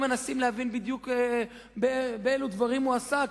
מנסים להבין בדיוק באילו דברים הוא עסק?